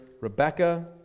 Rebecca